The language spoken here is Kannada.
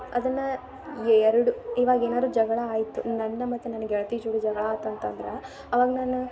ಅದನ್ನು ಎರಡು ಇವಾಗ ಏನಾದ್ರೂ ಜಗಳ ಆಯಿತು ನನ್ನ ಮತ್ತು ನನ್ನ ಗೆಳತಿ ಜೋಡಿ ಜಗಳ ಆತಂತ ಅಂದ್ರೆ ಆವಾಗ ನಾನು